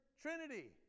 Trinity